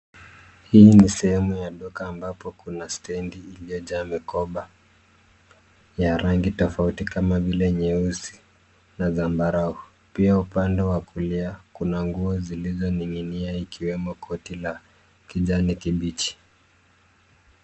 Hii ni sehemu ya duka ambapo kuna stedi iliyojaa mikoba ya rangi tofauti kama vile nyeusi na zambarau. Pia upande wa kulia kuna nguo zilizoning'inia ikiwemo koti la kijani kibichi.